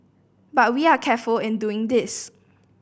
but we are careful in doing this